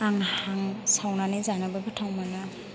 आं हां सावनानै जानोबो गोथाव मोनो